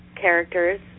characters